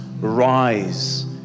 rise